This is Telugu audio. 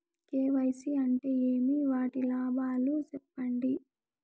కె.వై.సి అంటే ఏమి? వాటి లాభాలు సెప్పండి?